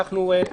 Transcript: נכון,